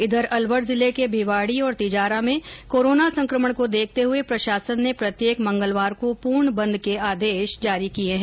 उधर अलवर जिले के भिवाड़ी और तिजारा में कोरोना संकमण को देखते हुए प्रशासन ने प्रत्येक मंगलवार को पूर्ण बंद के आदेश जारी किए हैं